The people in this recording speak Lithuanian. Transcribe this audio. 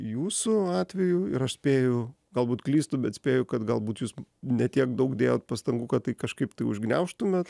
jūsų atveju ir aš spėju galbūt klystu bet spėju kad galbūt jūs ne tiek daug dėjot pastangų kad tai kažkaip tai užgniaužtumėt